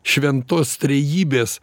šventos trejybės